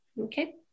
Okay